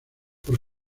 por